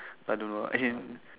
but I don't know at him